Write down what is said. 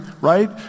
right